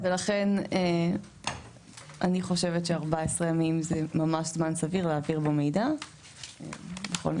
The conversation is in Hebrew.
ולכן אני חושבת ש-14 ימים זה ממש זמן סביר להעביר בו מידע בכל מקרה.